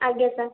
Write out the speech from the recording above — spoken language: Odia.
ଆଜ୍ଞା ସାର୍